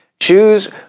Choose